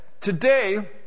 today